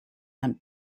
and